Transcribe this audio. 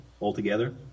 altogether